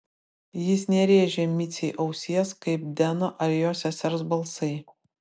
jis nerėžė micei ausies kaip deno ar jo sesers balsai